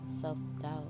self-doubt